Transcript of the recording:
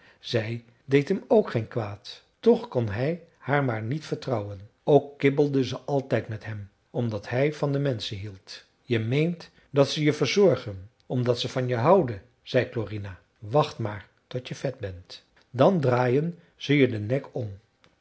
zij deed hem ook geen kwaad toch kon hij haar maar niet vertrouwen ook kibbelde ze altijd met hem omdat hij van de menschen hield je meent dat ze je verzorgen omdat ze van je houden zei klorina wacht maar tot je vet bent dan draaien ze je den nek om